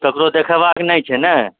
ककरो देखेबाक नहि छै नहि